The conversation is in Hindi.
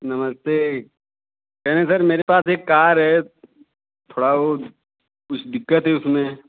नमस्ते हैं न सर मेरे पास एक कार है थोड़ा वो कुछ दिक्कत है उसमें